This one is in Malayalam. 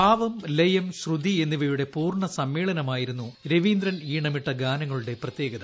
ഭാവം ലയം ശ്രുതി എന്നിവയുടെ പൂർണ്ണ സമ്മേളനമായിരുന്നു രവീന്ദ്രൻ ഈണമിട്ട ഗാനങ്ങളുടെ പ്രത്യേകത